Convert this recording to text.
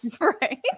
right